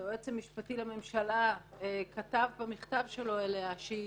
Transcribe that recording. שהיועץ המשפטי לממשלה כתב במכתב שלו אליה שהיא